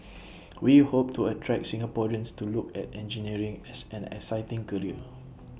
we hope to attract Singaporeans to look at engineering as an exciting career